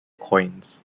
coins